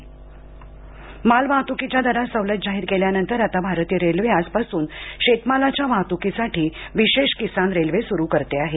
किसान railway माल वाहतुकीच्या दरात सवलत जाहीर केल्यानंतर आता भारतीय रेल्वे आजपासून शेतमालाच्या वाहतुकीसाठी विशेष किसान रेल्वे सुरू करते आहे